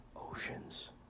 oceans